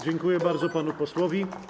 Dziękuję bardzo panu posłowi.